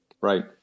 Right